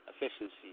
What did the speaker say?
efficiency